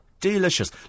delicious